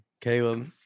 caleb